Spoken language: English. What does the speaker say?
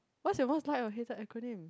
what's your most liked or hated acronym